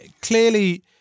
clearly